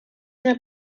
una